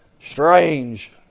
Strange